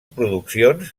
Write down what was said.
produccions